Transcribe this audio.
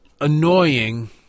annoying